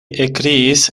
ekkriis